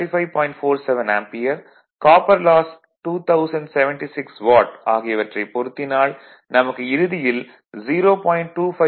47 ampere copper loss 2076 watt ஆகியவற்றைப் பொருத்தினால் நமக்கு இறுதியில் 0